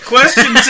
Question